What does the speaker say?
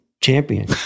Champion